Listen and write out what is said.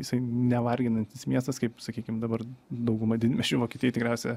isai nevarginantis miestas kaip sakykim dabar dauguma didmiesčių vokietijoj tikriausia